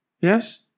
Yes